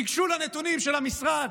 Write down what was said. תיגשו לנתונים של המשרד